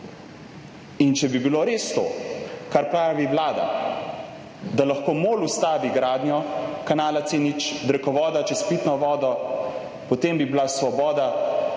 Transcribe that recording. In če bi bilo res to, kar pravi Vlada, da lahko MOL ustavi gradnjo kanala C0, drekovoda čez pitno vodo, potem bi bila Svoboda